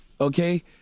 okay